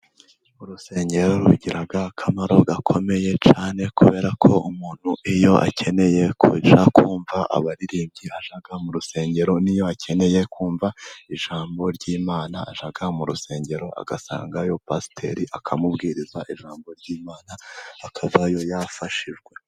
Urusengero rugira akamaro gakomeye cyane, kubera ko umuntu iyo akeneye kumva abaririmbyi ajya mu rusengero, n'iyo akeneye kumva ijambo ry'Iymana aja mu rusengero agasangayo pasiteri akamubwiriza ijambo ry'Imana, akavayo yafashijwe.